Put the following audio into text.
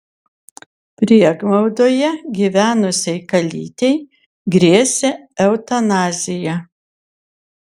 prieglaudoje gyvenusiai kalytei grėsė eutanazija